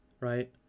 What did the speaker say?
right